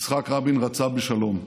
יצחק רבין רצה בשלום,